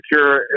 secure